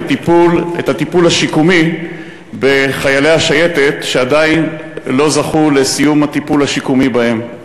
הטיפול השיקומי בחיילי השייטת שעדיין לא זכו לסיום הטיפול השיקומי בהם,